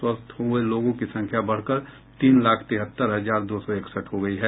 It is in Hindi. स्वस्थ हुए लोगों की संख्या बढ़कर तीन लाख तिहत्तर हजार दो सौ इकसठ हो गयी है